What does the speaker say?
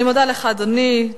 אני מודה לך, אדוני.